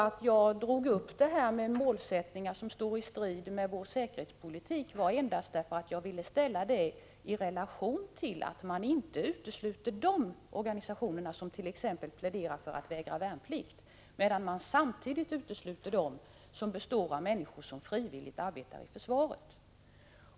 Att jag tog upp målsättningar som står i strid med vår säkerhetspolitik berodde endast på att jag ville understryka att maninte uteslutert.ex. de organisationer som pläderar för värnpliktsvägran, medan man utesluter dem som består av människor som frivilligt arbetar inom försvaret.